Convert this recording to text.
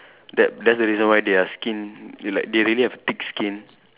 that that's the reason why their skin like they really have thick skin